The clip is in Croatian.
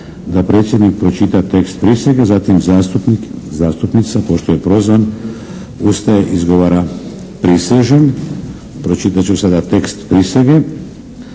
da predsjednik pročita tekst prisege zatim zastupnik, zastupnica pošto je prozvan ustaje i izgovara: «Prisežem.» Pročitat ću sada tekst prisege: